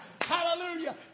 hallelujah